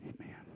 Amen